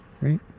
Right